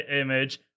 image